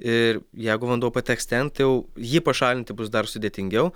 ir jeigu vanduo pateks ten tai jau jį pašalinti bus dar sudėtingiau